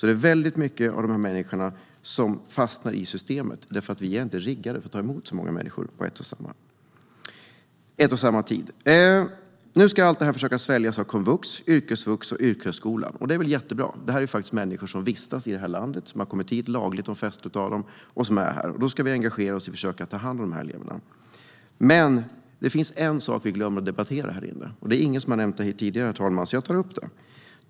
Det är många av dessa människor som fastnar i systemet eftersom vi inte är riggade för att ta emot så många människor under en och samma tid. Nu ska man försöka få allt detta att sväljas av komvux, yrkesvux och yrkeshögskolan bland annat. Det är väl jättebra, för det här är människor som faktiskt vistas i det här landet och som har kommit hit lagligt, de flesta av dem. Då ska vi engagera oss i att försöka ta hand om de här eleverna. Men det finns en sak som vi har glömt att debattera. Ingen har nämnt det tidigare, herr talman, så jag tar upp det.